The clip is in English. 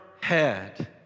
head